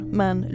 men